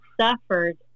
suffered